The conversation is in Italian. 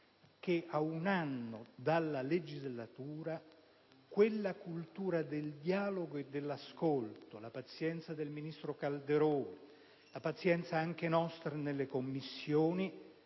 che, a un anno dalla legislatura, la cultura del dialogo e dell'ascolto, la pazienza del ministro Calderoli e la pazienza anche nostra nelle Commissioni